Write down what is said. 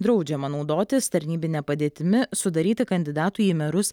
draudžiama naudotis tarnybine padėtimi sudaryti kandidatui į merus